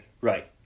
Right